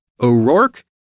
O'Rourke